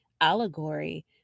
allegory